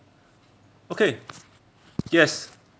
okay yes